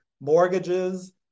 mortgages